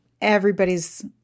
Everybody's